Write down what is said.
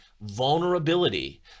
vulnerability